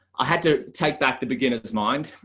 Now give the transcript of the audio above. i had to take back the beginner's mind,